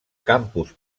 campus